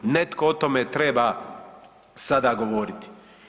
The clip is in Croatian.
Netko o tome treba sada govoriti.